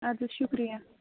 اَدٕ حظ شُکریہ